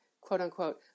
quote-unquote